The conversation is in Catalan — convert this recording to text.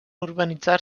urbanitzar